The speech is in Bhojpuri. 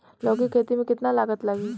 लौका के खेती में केतना लागत लागी?